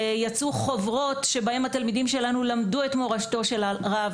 יצאו חוברות שבהן התלמידים שלנו למדו את מורשתו של הרב,